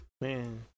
Man